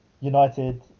United